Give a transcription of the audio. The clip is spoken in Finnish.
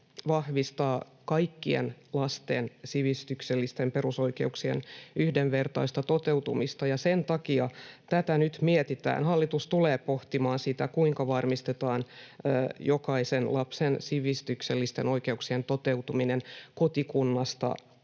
vahvistaa kaikkien lasten sivistyksellisten perusoikeuksien yhdenvertaista toteutumista, ja sen takia tätä nyt mietitään. Hallitus tulee pohtimaan sitä, kuinka varmistetaan jokaisen lapsen sivistyksellisten oikeuksien toteutuminen kotikunnasta